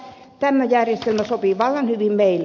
tämä järjestelmä sopii vallan hyvin meille